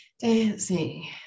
dancing